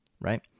right